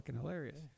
hilarious